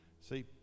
see